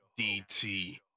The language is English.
DT